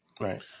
Right